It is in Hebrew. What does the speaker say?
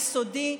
יסודי,